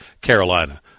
Carolina